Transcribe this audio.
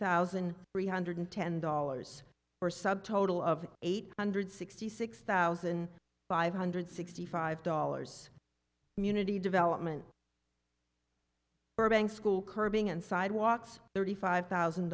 thousand three hundred ten dollars or sub total of eight hundred sixty six thousand five hundred sixty five dollars community development burbank school curbing and sidewalks thirty five thousand